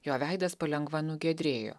jo veidas palengva nugiedrėjo